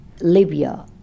Libya